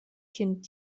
kind